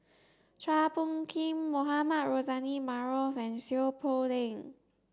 Chua Phung Kim Mohamed Rozani Maarof and Seow Poh Leng